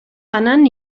banan